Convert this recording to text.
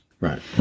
Right